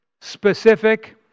specific